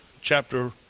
chapter